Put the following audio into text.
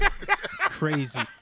Crazy